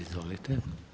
Izvolite.